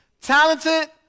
talented